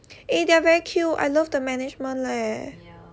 eh they are very cute I love the management leh